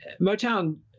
Motown